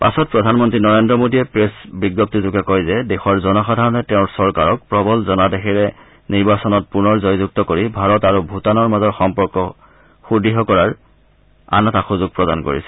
পাছত প্ৰধানমন্ত্ৰী নৰেন্দ্ৰ মোদীয়ে প্ৰেছ বিজ্ঞপ্তিযোগে কয় যে দেশৰ জনসাধাৰণে তেওঁৰ চৰকাৰক প্ৰবল জনাদেশেৰে নিৰ্বাচনত পুনৰ জয়যুক্ত কৰি ভাৰত আৰু ভূটানৰ মাজৰ সম্পৰ্ক অধিক সুদৃঢ় কৰাৰ আৰু এটা সুযোগ প্ৰদান কৰিছে